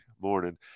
morning